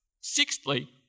Sixthly